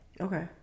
Okay